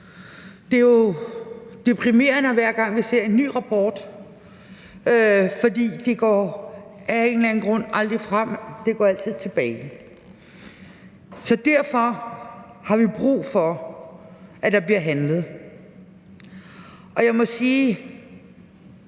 Det er jo deprimerende, hver gang vi ser en ny rapport, for det går af en eller anden grund aldrig frem. Det går altid tilbage. Så derfor har vi brug for, at der bliver handlet, og jeg må sige,